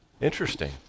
Interesting